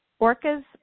orcas